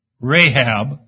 Rahab